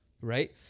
right